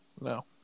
No